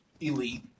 elite